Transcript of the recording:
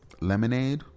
Lemonade